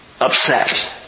upset